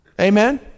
Amen